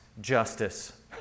Justice